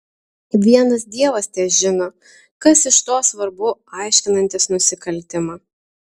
vienas dievas težino kas iš to svarbu aiškinantis nusikaltimą